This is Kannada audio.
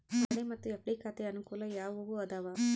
ಆರ್.ಡಿ ಮತ್ತು ಎಫ್.ಡಿ ಖಾತೆಯ ಅನುಕೂಲ ಯಾವುವು ಅದಾವ?